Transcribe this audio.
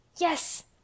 Yes